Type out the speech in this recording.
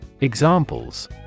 Examples